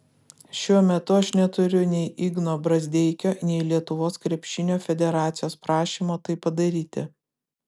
šiuo metu aš neturiu nei igno brazdeikio nei lietuvos krepšinio federacijos prašymo tai padaryti